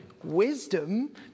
wisdom